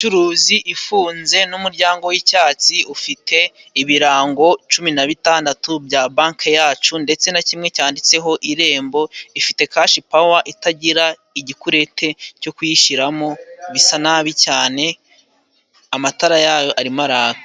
Inzu y'ubucuruzi ifunze n'umuryango w'icyatsi, ufite ibirango cumi na bitandatu bya banki yacu ndetse na kimwe cyanditseho irembo, ifite kashi pawa itagira igikurete cyo kuyishyiramo bisa nabi cyane, amatara yayo arimo araka.